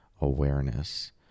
awareness